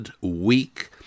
week